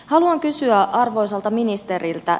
haluan kysyä arvoisalta ministeriltä